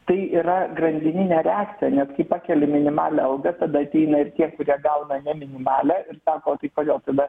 tai yra grandininė reakcija net kai pakeli minimalią algą tada ateina ir tie kurie gauna ne minimalią ir sako tai kodėl tada